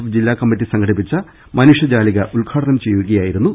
F ജില്ലാ കമ്മിറ്റി സംഘടിപ്പിച്ച മനുഷ്യജാലിക ഉദ്ഘാടനം ചെയ്യുകയായിരുന്നു ഡോ